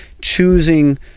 choosing